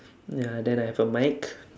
ya then I have a mic